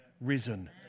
risen